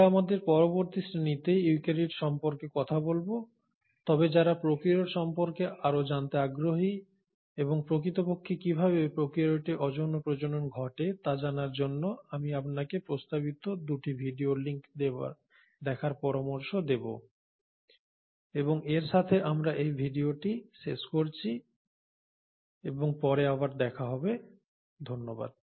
আমরা আমাদের পরবর্তী শ্রেণীতে ইউক্যারিওট সম্পর্কে কথা বলব তবে যারা প্রোক্যারিওট সম্পর্কে আরও জানতে আগ্রহী এবং প্রকৃতপক্ষে কীভাবে প্রোক্যারিওটে অযৌন প্রজনন ঘটে তা জানার জন্য আমি আপনাকে প্রস্তাবিত 2 টি ভিডিও লিঙ্ক দেখার পরামর্শ দেব এবং এর সাথে আমরা এই ভিডিওটি শেষ করছি এবং পরে আবার দেখা হবে ধন্যবাদ